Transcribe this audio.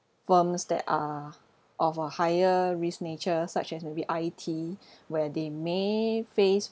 firms that are of a higher risk nature such as maybe I_T where they may face